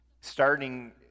Starting